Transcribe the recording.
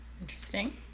Interesting